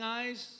eyes